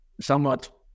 somewhat